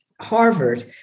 Harvard